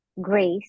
grace